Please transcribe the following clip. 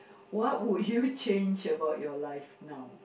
what would you change about your life now